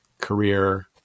career